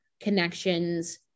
connections